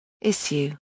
Issue